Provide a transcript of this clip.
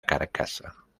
carcasa